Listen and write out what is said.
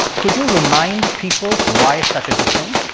could you remind people why it's such a good thing?